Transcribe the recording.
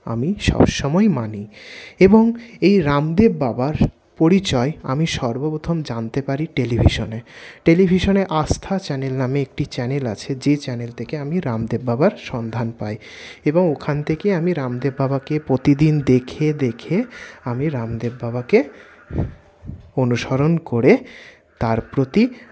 আমি সবসময়ই মানি এবং এই রামদেব বাবার পরিচয় আমি সর্বপ্রথম জানতে পারি টেলিভিশনে টেলিভিশনে আস্থা চ্যানেল নামে একটি চ্যানেল আছে যে চ্যানেল থেকে আমি রামদেব বাবার সন্ধান পাই এবং ওখান থেকে আমি রামদেব বাবাকে প্রতিদিন দেখে দেখে আমি রামদেব বাবাকে অনুসরণ করে তার প্রতি